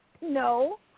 No